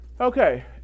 Okay